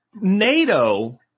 NATO